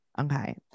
Okay